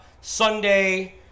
Sunday